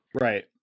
right